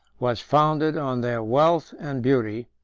was founded on their wealth and beauty,